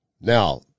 Now